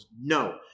No